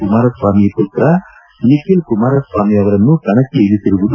ಕುಮಾರಸ್ವಾಮಿ ಪುತ್ರ ನಿಖಿಲ್ ಕುಮಾರಸ್ವಾಮಿ ಅವರನ್ನು ಕಣಕ್ಕೆ ಇಳಿಸಿರುವುದು